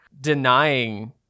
denying